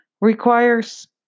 requires